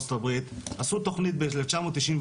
עשו תכנית ב-1994,